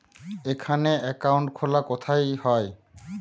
এখানে অ্যাকাউন্ট খোলা কোথায় হয়?